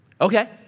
okay